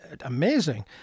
amazing